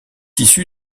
issu